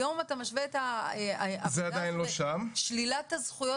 היום אתה משווה את שלילת הזכויות